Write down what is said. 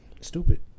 Stupid